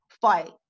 Fight